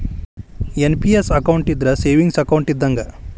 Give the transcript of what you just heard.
NPS account ಇದ್ರ savings account ಇದ್ದಂಗ